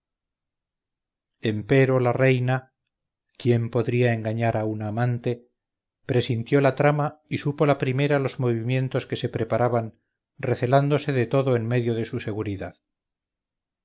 ejecutan sus órdenes empero la reina quien podría engañar a una amante presintió la trama y supo la primera los movimientos que se preparaban recelándose de todo en medio de su seguridad